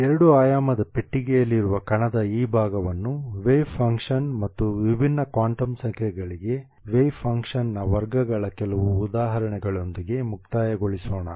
ಎರಡು ಆಯಾಮದ ಪೆಟ್ಟಿಗೆಯಲ್ಲಿರುವ ಕಣದ ಈ ಭಾಗವನ್ನು ವೇವ್ ಫಂಕ್ಷನ್ ಮತ್ತು ವಿಭಿನ್ನ ಕ್ವಾಂಟಮ್ ಸಂಖ್ಯೆಗಳಿಗೆ ವೇವ್ ಫಂಕ್ಷನ್ನ ವರ್ಗಗಳ ಕೆಲವು ಉದಾಹರಣೆಗಳೊಂದಿಗೆ ಮುಕ್ತಾಯಗೊಳಿಸೋಣ